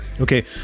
Okay